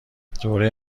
دوره